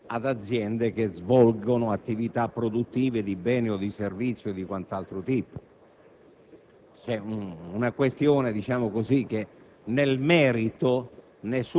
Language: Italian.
autovetture da turismo, ancorché intestate ad aziende che svolgono attività produttive di beni, di servizi o di altro tipo.